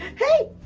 hey!